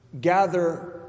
gather